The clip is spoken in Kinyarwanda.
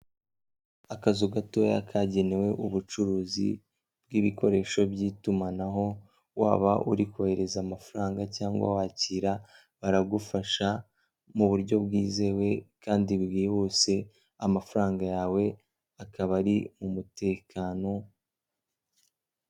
Akazu gatoya kagenewe ubucuruzi bw'ibikoresho byitumanaho waba uri kohereza amafaranga cyangwa wakira baragufasha m'uburyo bwizewe kandi bwihuse amafaranga yawe akaba ari m'umutekano.